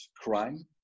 crime